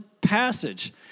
passage